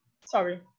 sorry